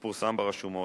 ופורסם ברשומות.